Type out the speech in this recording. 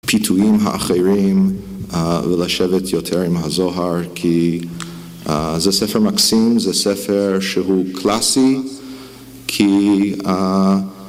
פיתויים האחרים, ולשבת יותר עם הזוהר, כי זה ספר מקסים, זה ספר שהוא קלאסי כי